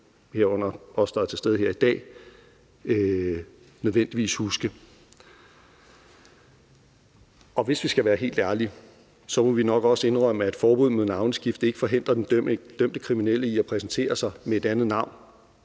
herunder os, der er til stede her i dag, nødvendigvis huske. Og hvis vi skal være helt ærlige, må vi nok også indrømme, at forbuddet mod navneskift ikke forhindrer den dømte kriminelle i at præsentere sig med et andet navn,